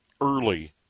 early